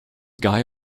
guy